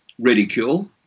ridicule